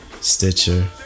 Stitcher